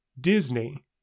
Disney